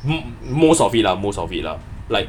mo~ most of it lah most of it lah like